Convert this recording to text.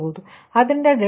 ಆದ್ದರಿಂದ ∆2ಯು 1